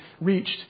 reached